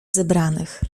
zebranych